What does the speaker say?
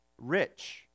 rich